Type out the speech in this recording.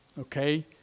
okay